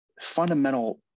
fundamental